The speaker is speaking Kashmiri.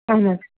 اہن حظ